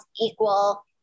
equal